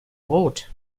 brot